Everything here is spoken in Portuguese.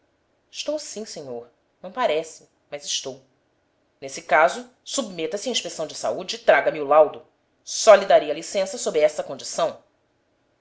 estou sim senhor não parece mas estou nesse caso submeta se à inspeção de saúde e traga-me o laudo só lhe darei a licença sob essa condição